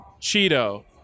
Cheeto